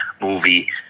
movie